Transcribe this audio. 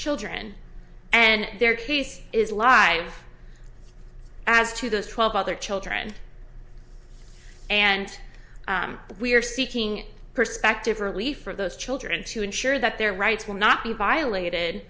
children and their case is alive as to those twelve other children and we are seeking perspective relief for those children to ensure that their rights will not be violated